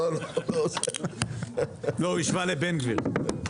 לא, הוא השווה לבן גביר.